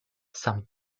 some